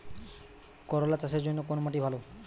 করলা চাষের জন্য কোন মাটি ভালো?